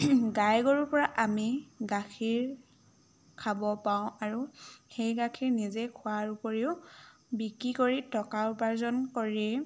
গাই গৰুৰ পৰা আমি গাখীৰ খাব পাওঁ আৰু সেই গাখীৰ নিজে খোৱাৰ উপৰিও বিক্ৰী কৰি টকা উপাৰ্জন কৰি